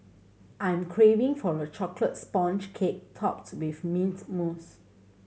I'm craving for a chocolate sponge cake topped with mint mousse